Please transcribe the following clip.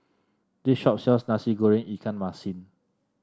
this shop sells Nasi Goreng Ikan Masin